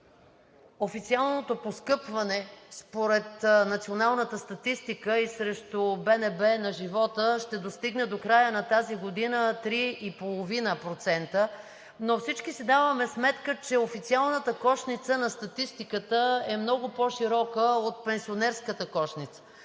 официалното поскъпване, според Националната статистика и БНБ, на живота ще достигне до края на тази година 3,5%. Но всички си даваме сметка, че официалната кошница на Статистиката е много по-широка от пенсионерската кошница.